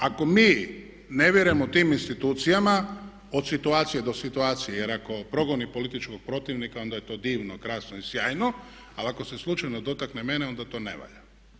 Ako mi ne vjerujemo tim institucijama od situacije do situacije, jer ako progoni političkog protivnika onda je to divno, krasno i sjajno, ali ako se slučajno dotakne mene onda to ne valja.